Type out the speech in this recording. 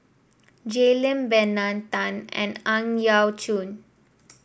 Jay Lim Bernard Tan and Ang Yau Choon